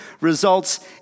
results